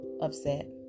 upset